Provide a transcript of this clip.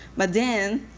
but then,